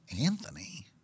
Anthony